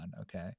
Okay